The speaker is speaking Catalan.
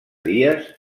dies